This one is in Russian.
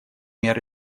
мер